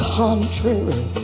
contrary